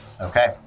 Okay